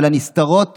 על הנסתרות